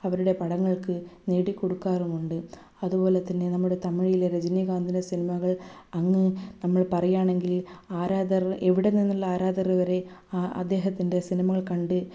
അവരുടെ പടങ്ങൾക്ക് നേടികൊടുക്കാറുമുണ്ട് അതുപോലെ തന്നെ നമ്മുടെ തമിഴിലെ രജനികാന്തിൻ്റെ സിനിമകൾ അങ്ങ് നമ്മൾ പറയുകയാണെങ്കിൽ ആരാധകർ എവിടെ നിന്നുള്ള ആരാധകർ വരെ ആ അദ്ദേഹത്തിൻ്റെ സിനിമകൾ കണ്ട്